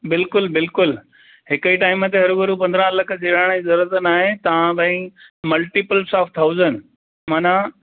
बिल्कुलु बिल्कुलु हिक ई टाइम ते हरु भरु पंद्रहं लख ॾियण जी ज़रूरत न आहे तव्हां भाई मल्टीपल्स ऑफ थाउज़ंड माना